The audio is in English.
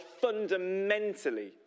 fundamentally